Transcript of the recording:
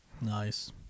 Nice